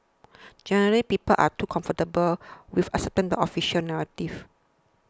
generally people are too comfortable with accepting the official narrative